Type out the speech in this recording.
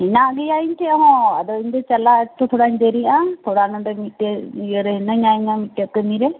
ᱦᱮᱱᱟᱜ ᱜᱮᱭᱟ ᱤᱧ ᱴᱷᱮᱱ ᱦᱚᱸ ᱟᱫᱚ ᱤᱧ ᱫᱚ ᱪᱟᱞᱟᱜ ᱮᱠᱴᱩ ᱛᱷᱚᱲᱟᱧ ᱫᱮᱨᱤᱜᱼᱟ ᱛᱷᱚᱲᱟ ᱱᱚᱰᱮ ᱢᱤᱫᱴᱮᱱ ᱤᱭᱟᱹᱨᱮ ᱦᱮᱱᱟᱹᱧᱟ ᱤᱧᱟᱹᱜ ᱢᱤᱫᱴᱮᱱ ᱠᱟᱹᱢᱤᱨᱮ